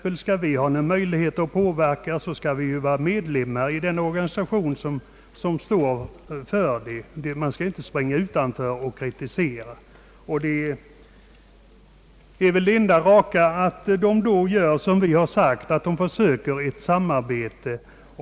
Om man vill ha någon möjlighet att påverka förhållandena måste man vara medlem i organisationen, inte stå utanför och kritisera. Den bästa möjligheten är väl här att söka ett samarbete.